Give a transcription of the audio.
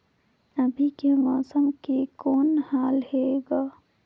अभी के मौसम के कौन हाल हे ग?